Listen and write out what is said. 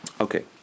Okay